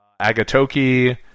Agatoki